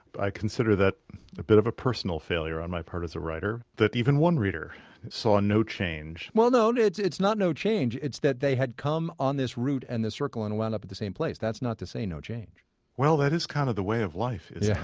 i consider that a bit of a personal failure on my part as a writer, that even one reader saw no change well no, and it's it's no change, it's that they had come on this route and this circle and wound up in the same place. that's not to say no change well that is kind of the way of life, is yeah